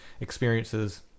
experiences